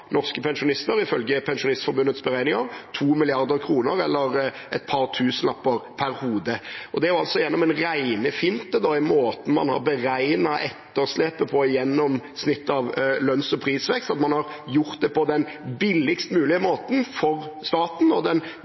norske pensjonister, ifølge Pensjonistforbundets beregninger, 2 mrd. kr eller et par tusenlapper per hode. Det var altså gjennom en regnefinte i måten man har beregnet etterslepet på, gjennomsnittet av lønns- og prisvekst, at man har gjort det på billigst mulig måte for staten og